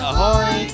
Ahoy